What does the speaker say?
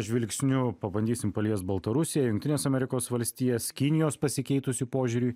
žvilgsniu pabandysim paliest baltarusiją jungtines amerikos valstijas kinijos pasikeitusį požiūrį